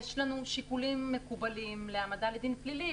יש לנו שיקולים מקובלים להעמדה לדין פלילי,